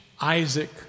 Isaac